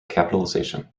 capitalization